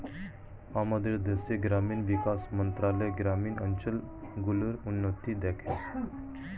আমাদের দেশের গ্রামীণ বিকাশ মন্ত্রণালয় গ্রামীণ অঞ্চল গুলোর উন্নতি দেখে